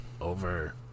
over